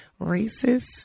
racist